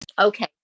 Okay